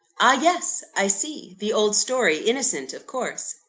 ah, yes! i see the old story innocent, of course.